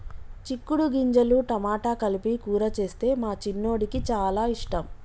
చిక్కుడు గింజలు టమాటా కలిపి కూర చేస్తే మా చిన్నోడికి చాల ఇష్టం